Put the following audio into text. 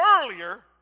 earlier